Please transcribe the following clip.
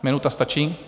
Minuta stačí?